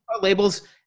labels